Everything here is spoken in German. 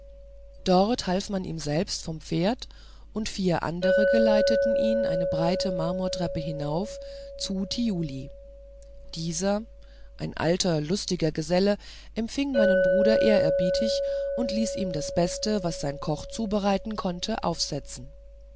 dort halfen sie ihm selbst vom pferd und vier andere geleiteten ihn eine breite marmortreppe hinauf zu thiuli dieser ein alter lustiger geselle empfing meinen bruder ehrerbietig und ließ ihm das beste was sein koch zubereiten konnte aufsetzen